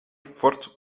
ford